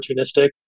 opportunistic